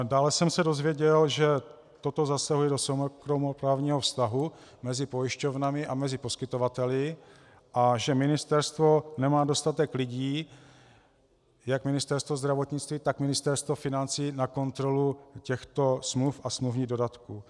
Dále jsem se dozvěděl, že toto zasahuje do soukromoprávního vztahu mezi pojišťovnami a poskytovateli a že ministerstvo nemá dostatek lidí jak Ministerstvo zdravotnictví, tak Ministerstvo financí na kontrolu těchto smluv a smluvních dodatků.